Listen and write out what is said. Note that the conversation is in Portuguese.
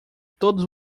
todos